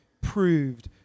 proved